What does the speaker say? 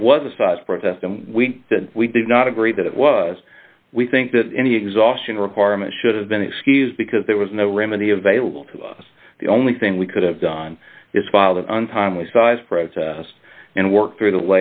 it was a size protest and we said we did not agree that it was we think that any exhaustion requirement should have been excused because there was no remedy available to us the only thing we could have done is file the untimely size protest and work through the